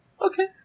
Okay